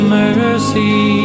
mercy